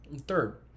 Third